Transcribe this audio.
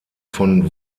von